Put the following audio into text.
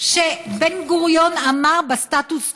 שבן-גוריון אמר בסטטוס קוו,